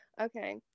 okay